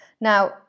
Now